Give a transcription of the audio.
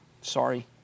Sorry